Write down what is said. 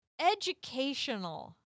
educational